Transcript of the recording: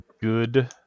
good